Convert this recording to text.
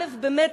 באמת,